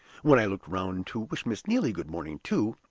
when i looked round to wish miss neelie good-morning, too,